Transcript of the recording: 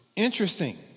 interesting